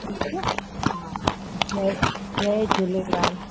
ठीकु आहे हा जय जय झूलेलाल